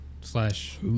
slash